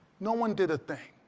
no one did a thing.